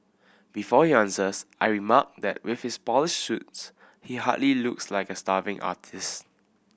before he answers I remark that with his polished suits he hardly looks like a starving artist